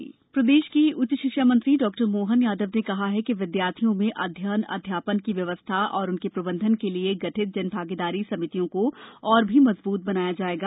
जनभागीदारी समिति प्रदेश के उच्च शिक्षा मंत्री डॉ मोहन यादव ने कहा कि महाविदयालयों में अध्ययनए अध्यापन की व्यवस्था और उनके प्रबंधन के लिये गठित जनभागीदारी समितियों को और भी मजबूत बनाया जायेगा